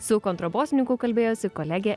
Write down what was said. su kontrabosininku kalbėjosi kolegė